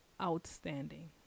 outstanding